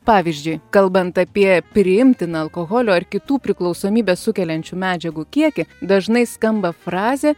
pavyzdžiui kalbant apie priimtiną alkoholio ar kitų priklausomybę sukeliančių medžiagų kiekį dažnai skamba frazė